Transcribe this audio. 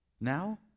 now